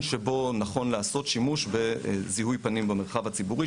בו נכון לעשות שימוש בזיהוי פנים במרחב הציבורי,